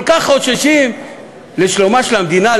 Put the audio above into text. כל כך חוששים לשלומה של המדינה,